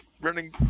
running